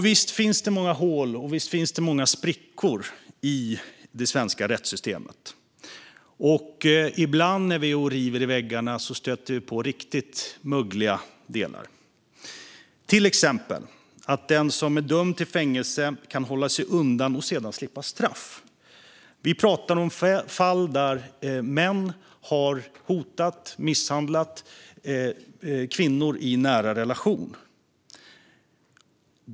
Visst finns det många hål och sprickor i det svenska rättssystemet. Och ibland när vi river i väggarna stöter vi på riktigt mögliga delar. Ett exempel är att den som är dömd till fängelse kan hålla sig undan och sedan slippa straff. Vi pratar om fall där män har hotat och misshandlat kvinnor i en nära relation.